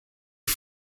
ich